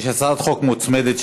יש הצעת חוק מוצמדת,